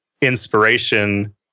inspiration